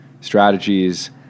Strategies